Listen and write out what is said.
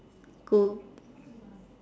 cool